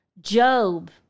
Job